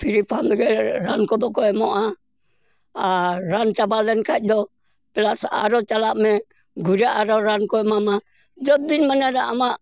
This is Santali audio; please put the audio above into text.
ᱯᱷᱤᱨᱤᱯᱷᱟᱸᱫᱽ ᱨᱮ ᱨᱟᱱ ᱠᱚᱫᱚ ᱠᱚ ᱮᱢᱚᱜᱼᱟ ᱟᱨ ᱨᱟᱱ ᱪᱟᱵᱟ ᱞᱮᱱᱠᱷᱟᱡ ᱫᱚ ᱯᱮᱞᱟᱥ ᱟᱨᱚ ᱪᱟᱞᱟᱜ ᱢᱮ ᱜᱷᱩᱨᱮ ᱟᱨᱚ ᱨᱟᱱ ᱠᱚ ᱮᱢᱟᱢᱟ ᱡᱚᱛ ᱫᱤᱱ ᱢᱟᱱᱮ ᱟᱢᱟᱜ